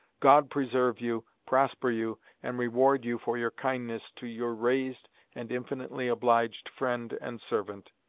god preserve you, prosper you, and reward you for your kindness to your raised and infinitely obliged friend and servant,